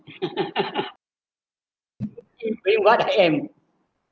being what I am